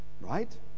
right